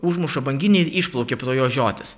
užmuša banginį ir išplaukia pro jo žiotis